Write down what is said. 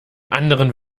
anderen